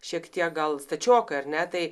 šiek tiek gal stačiokai ar ne tai